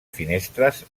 finestres